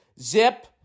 Zip